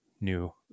new